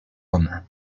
romain